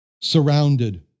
surrounded